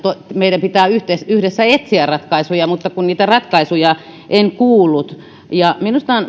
meidän pitää yhdessä yhdessä etsiä ratkaisuja mutta niitä ratkaisuja en kuullut minusta on